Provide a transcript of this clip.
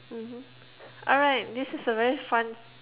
mmhmm alright this is a very fun